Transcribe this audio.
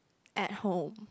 at home